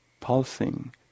Pulsing